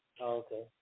Okay